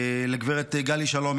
לגב' גלי שלום,